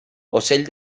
ocell